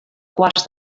quarts